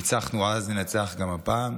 ניצחנו אז, ננצח גם הפעם,